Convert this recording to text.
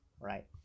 Right